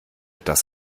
das